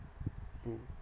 mm